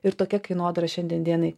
ir tokia kainodara šiandien dienai